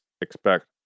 expect